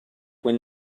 when